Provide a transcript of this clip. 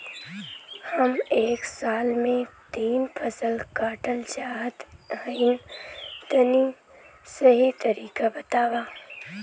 हम एक साल में तीन फसल काटल चाहत हइं तनि सही तरीका बतावा?